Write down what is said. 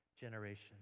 generation